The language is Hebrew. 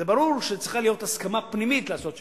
זה ברור שצריכה להיות הסכמה פנימית לעשות שלום,